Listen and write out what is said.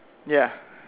ya